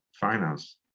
finance